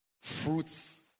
fruits